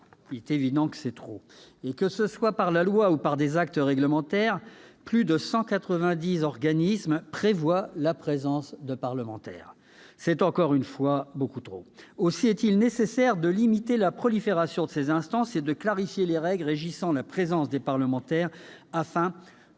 Il est évident que c'est trop. Et que ce soit par la loi ou par des actes réglementaires, un peu plus de deux cents organismes prévoient la présence des parlementaires. C'est encore une fois beaucoup trop. Aussi est-il nécessaire de limiter la prolifération de ces instances et de clarifier les règles régissant la présence des parlementaires afin de